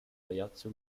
daihatsu